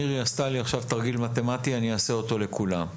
מירי עשתה לי עכשיו תרגיל מתמטי ואני אעשה אותו לכולכם.